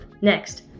Next